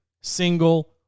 single